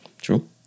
True